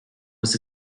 was